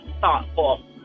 thoughtful